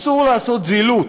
אסור לעשות זילות,